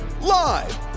live